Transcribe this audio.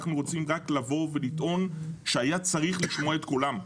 אנחנו רוצים רק לטעון שהיה צריך לשמוע את קולם.